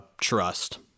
Trust